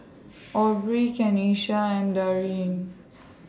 Aubrie Kenisha and Daryn